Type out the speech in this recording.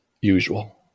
usual